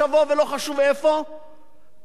קם ואמר את דברו בצורה ברורה,